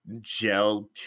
gel